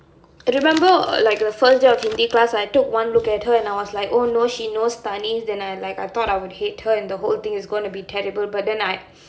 remember like the first day of hindi class I took one look at her and I was like oh no she knows thaani then I like I thought I would hate her and the whole thing is gonna be terrible but then I